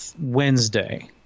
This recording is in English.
Wednesday